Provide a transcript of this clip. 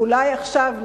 ואולי עכשיו,